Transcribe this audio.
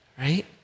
right